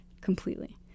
completely